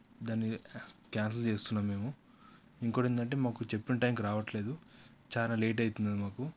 దాన్ని క్యాన్సిల్ చేస్తున్నాం మేము ఇంకొకటి ఏమిటి అంటే మాకు చెప్పిన టైంకి రావట్లేదు చాలా లేట్ అవుతుంది మాకు